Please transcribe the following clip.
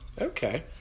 Okay